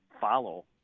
follow